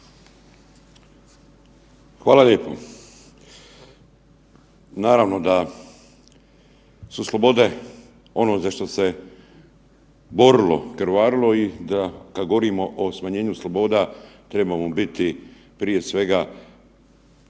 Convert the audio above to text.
Hvala lijepo. Naravno da su slobode ono za što se borilo, krvarilo i da kad govorimo o smanjenju sloboda trebamo biti prije svega